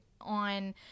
on